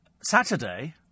Saturday